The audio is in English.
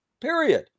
Period